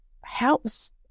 helps